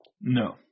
No